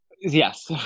Yes